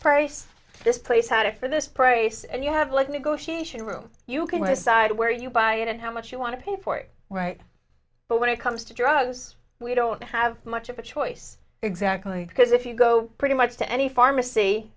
price this place had it for this price and you have like negotiation room you can decide where you buy it and how much you want to pay for it right but when it comes to drugs we don't have much of a choice exactly because if you go pretty much to any pharmacy